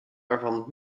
waarvan